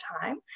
time